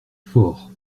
forts